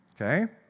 okay